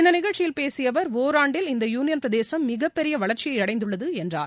இந்த நிகழ்ச்சியில் பேசிய அவர் ஓராண்டில் இந்த யூனியன் பிரதேசும் மிகப்பெரிய வளர்ச்சியை அடைந்துள்ளது என்றார்